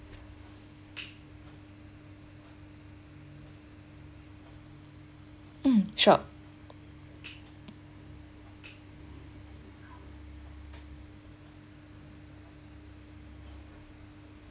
mm sure